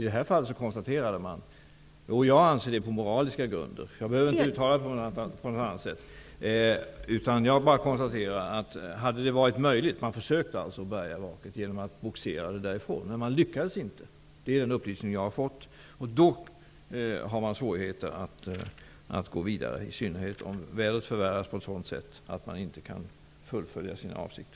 Det anser jag på moraliska grunder. Jag behöver inte ta ställning på något annat sätt. Man försökte alltså att bärga vraket genom att bogsera det därifrån, men man lyckades inte. Det är den upplysning jag har fått. Då har man svårigheter att gå vidare, i synnerhet om vädret förvärras på ett sådant sätt att man inte kan fullfölja sina avsikter.